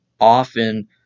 often –